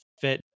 fit